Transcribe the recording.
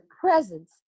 presence